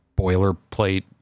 boilerplate